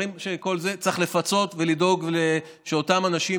צריך לפצות ולדאוג שאותם אנשים,